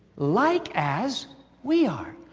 like as we are.